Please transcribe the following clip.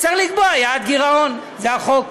צריך לקבוע יעד גירעון, זה החוק.